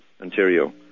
Ontario